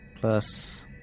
Plus